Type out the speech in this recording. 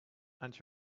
and